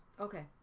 okay